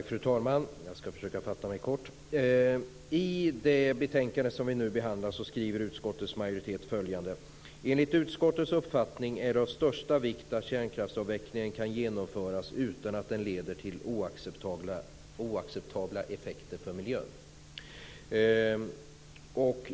Fru talman! Jag ska försöka att fatta mig kort. I det betänkande som vi nu behandlar skriver utskottets majoritet följande: Enligt utskottets uppfattning är det av största vikt att kärnkraftsavvecklingen kan genomföras utan att den leder till oacceptabla effekter för miljön.